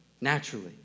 naturally